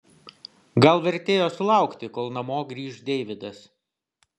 gal vertėjo sulaukti kol namo grįš deividas